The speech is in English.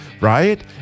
right